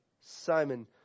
simon